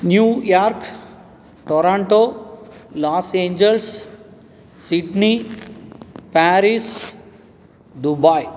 New York Toronto Los Angeles Sydney Paris Dubai